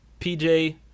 PJ